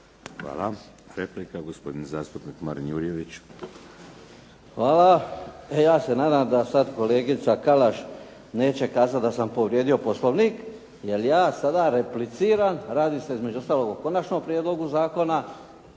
Hvala. Replika, gospodin zastupnik Marin Jurjević. **Jurjević, Marin (SDP)** Hvala. E ja se nadam da sad kolegica Kalaš neće kazati da sam povrijedio Poslovnik jer ja sada repliciram. Radi se između ostalog o konačnom prijedlogu zakona